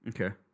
Okay